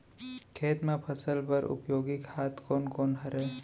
खेत म फसल बर उपयोगी खाद कोन कोन हरय?